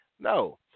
No